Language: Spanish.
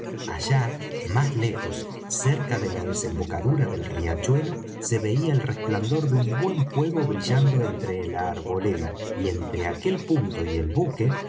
allá más lejos cerca de la desembocadura del riachuelo se veía el resplandor de un buen fuego brillando entre la arboleda y entre aquel punto y el buque